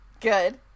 Good